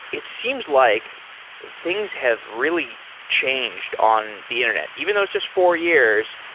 it seems like things have really changed on the internet, even though it's just four years.